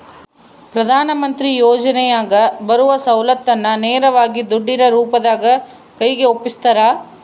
ಪ್ರಧಾನ ಮಂತ್ರಿ ಯೋಜನೆಯಾಗ ಬರುವ ಸೌಲತ್ತನ್ನ ನೇರವಾಗಿ ದುಡ್ಡಿನ ರೂಪದಾಗ ಕೈಗೆ ಒಪ್ಪಿಸ್ತಾರ?